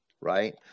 right